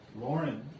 Lauren